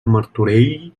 martorell